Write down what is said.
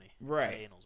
Right